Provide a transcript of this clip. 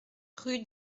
rue